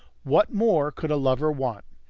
what more could a lover want?